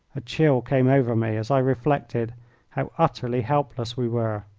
a chill came over me as i reflected how utterly helpless we were.